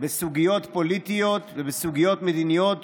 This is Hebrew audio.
בסוגיות פוליטיות ובסוגיות מדיניות